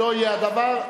לא יהיה הדבר.